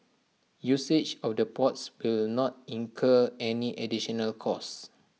usage of the ports will not incur any additional costs